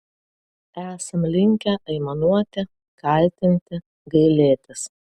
esam linkę aimanuoti kaltinti gailėtis